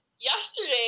yesterday